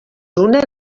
una